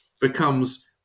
becomes